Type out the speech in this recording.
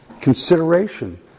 consideration